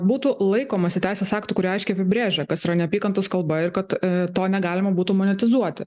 būtų laikomasi teisės aktų kurie aiškiai apibrėžia kas yra neapykantos kalba ir kad to negalima būtų monetizuoti